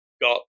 got